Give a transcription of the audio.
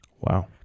Wow